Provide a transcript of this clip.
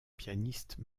pianiste